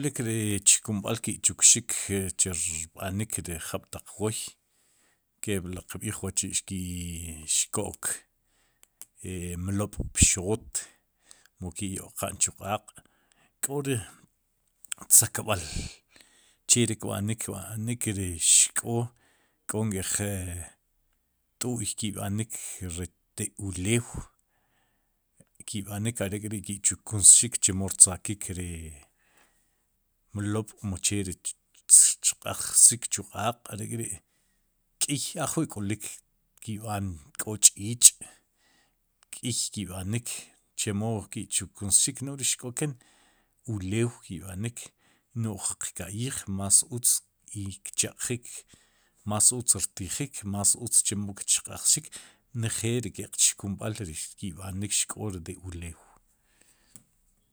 K'olik ri rechkumb'al ki'chukxik chirb'anik ri jab'taq wooy, kepliqb'iij wa'chi' xki'xko'k e mlob'pxxot mu ki'yo'qaan chu q'aaq' k'o ri tzakb'al cheri kb'anik kb'anik ri xk'oo k'o nk'eej t'u'y ki'b'anik, re te ulew ki'b'anik are'k'ri'ki chkunxsik chemo rtzakik ri mlob'mu che ri tchaq'xik chu q'aaq' are'kri'ajwi'k'olik ki'b'aan k'o ch'iich'kiy ki'b'anik chemo kichkunxik ek'ri xk'oken elew k'i b'anik, no'j qka'yij más utz i kcheq'jik más uzt rtijik, ma's uzt chemo rcq'ajsxik njeel ri ke'q chkunb'al ri ki'b'anik xk'oo de ulew.